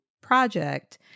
project